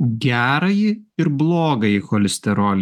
gerąjį ir blogąjį cholesterolį